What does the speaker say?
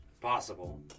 possible